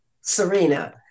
Serena